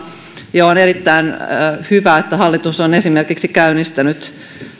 ja on erittäin hyvä että hallitus on esimerkiksi käynnistänyt